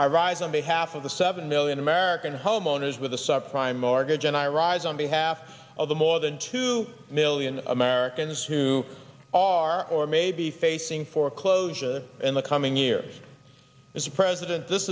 i rise on behalf of the seven million american homeowners with the subprime mortgage and i rise on behalf of the more than two million americans who are or may be facing foreclosure in the coming years as a president this